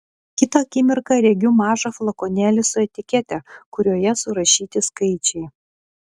kitą akimirką regiu mažą flakonėlį su etikete kurioje surašyti skaičiai